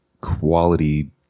quality